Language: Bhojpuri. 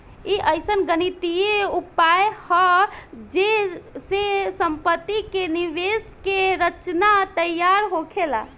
ई अइसन गणितीय उपाय हा जे से सम्पति के निवेश के रचना तैयार होखेला